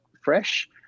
fresh